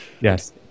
Yes